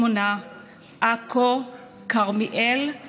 אימא שלך מצרייה.